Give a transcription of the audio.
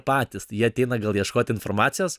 patys tai jie ateina gal ieškoti informacijos